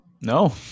no